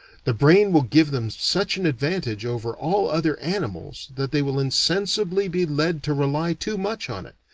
the brain will give them such an advantage over all other animals that they will insensibly be led to rely too much on it,